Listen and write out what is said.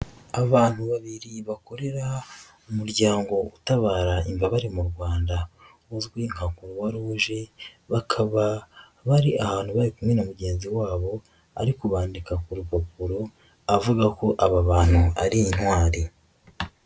Abantu babiri bakorera umuryango utabara imbabare mu Rwanda uzwi nka croix rouge, bakaba bari ahantu bari kumwe na mugenzi wabo ari kubandika ku rupapuro avuga ko aba bantu ari intwari.